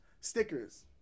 stickers